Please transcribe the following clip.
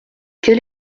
quel